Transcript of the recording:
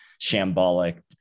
shambolic